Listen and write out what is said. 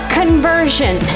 conversion